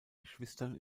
geschwistern